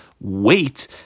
wait